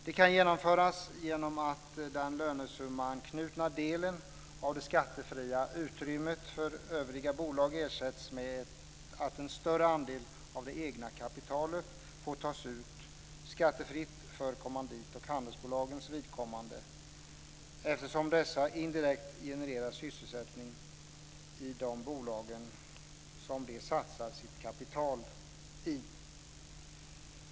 Det kan genomföras genom att den lönesummeanknutna delen av det skattefria utrymmet för övriga bolag ersätts med att en större andel av det egna kapitalet får tas ut skattefritt för kommandit och handelsbolagens vidkommande. Dessa genererar indirekt sysselsättning i de bolag som de satsar sitt kapital i.